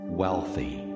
wealthy